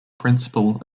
principle